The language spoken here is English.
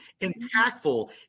impactful